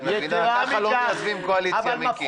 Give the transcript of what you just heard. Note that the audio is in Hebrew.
ככה לא מייצבים קואליציה, מיקי.